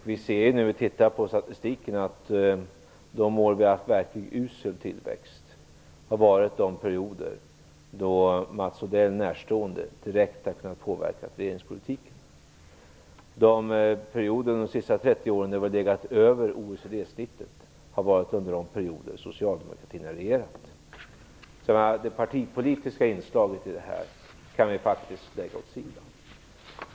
Av statistiken framgår att de år med verkligt usel tillväxt har varit de perioder då Mats Odell närstående direkt har kunnat påverka regeringspolitiken. De perioder under de senaste 30 åren då vi har legat över OECD:s snitt har inträffat när socialdemokratin har regerat. Det partipolitiska inslaget i diskussionen kan vi faktiskt lägga åt sidan.